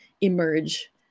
emerge